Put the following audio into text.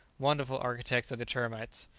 wonderful architects are the termites.